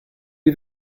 you